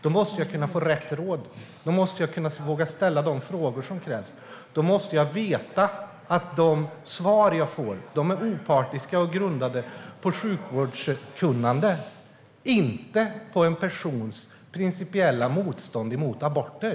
Då måste hon kunna få rätt råd. Då måste hon kunna våga ställa de frågor som krävs. Då måste hon veta att de svar hon får är opartiska och grundade på sjukvårdskunnande och inte på en persons principiella motstånd mot aborter.